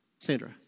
Sandra